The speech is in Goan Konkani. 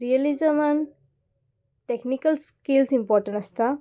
रियलिजमान टॅक्नीकल स्किल्स इम्पोर्टंट आसता